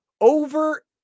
Over